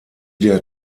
der